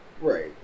Right